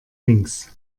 links